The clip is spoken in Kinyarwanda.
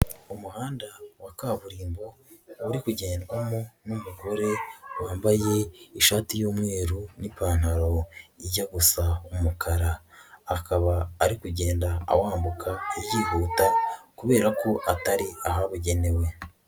Umuhanda wa kaburimbo, uri kugendwamo n'umugore wambaye ishati y'umweru n'ipantaro ijya gusa umukara, akaba ari kugenda awambuka yihuta kubera ko atari ahabugenewe.